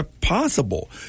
possible